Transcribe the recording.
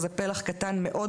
זה פלח קטן מאוד,